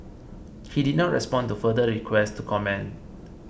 he did not respond to further requests to comment